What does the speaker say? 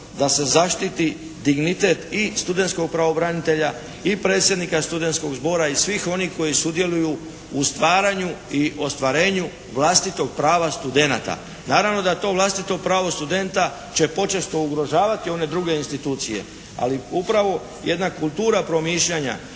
da se zaštiti dignitet i studentskog pravobranitelja i predsjednika Studentskog zbora i svih onih koji sudjeluju u stvaranju i ostvarenju vlastitog prava studenata. Naravno da to vlastito pravo studenta će počesto ugrožavati one druge institucije. Ali upravo jedna kultura promišljanja